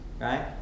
Right